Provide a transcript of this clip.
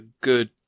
good